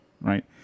right